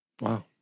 Wow